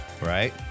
right